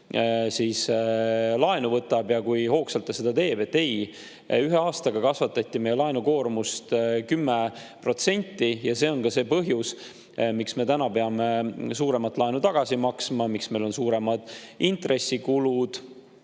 laenu võtab ja kui hoogsalt ta seda teeb. Ei, ühe aastaga kasvatati meie laenukoormust 10% ja see on ka see põhjus, miks me täna peame suuremat laenu tagasi maksma ja miks meil on suuremad intressikulud